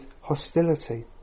hostility